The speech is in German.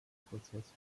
prozess